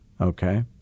okay